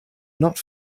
not